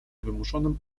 wymuszonym